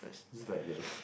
is just like this